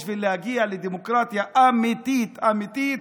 בשביל להגיע לדמוקרטיה אמיתית אמיתית,